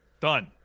Done